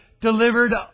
delivered